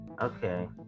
Okay